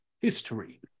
history